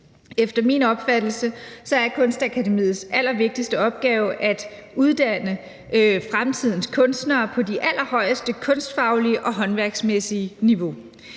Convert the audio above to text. Efter min opfattelse er Kunstakademiets allervigtigste opgave at uddanne fremtidens kunstnere på det allerhøjeste kunstfaglige og håndværksmæssige niveau.